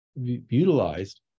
utilized